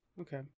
Okay